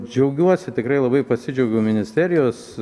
džiaugiuosi tikrai labai pasidžiaugiau ministerijos